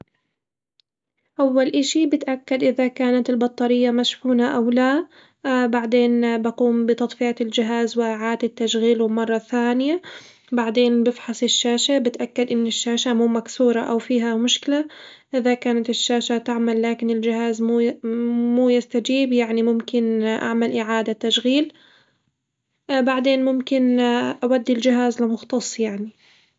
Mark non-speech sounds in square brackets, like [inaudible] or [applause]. أول إشي بتأكد إذا كانت البطارية مشحونة أولا بعدين بقوم بتطفئة الجهاز إعادة تشغيله مرة ثانية، بعدين بفحص الشاشة بتأكد إن الشاشة مو مكسورة أو فيها مشكلة إذا كانت الشاشة تعمل لكن الجهاز مو ي- مو يستجيب يعني ممكن [hesitation] أعمل إعادة تشغيل بعدين ممكن [hesitation] أودي الجهاز لمختص يعني.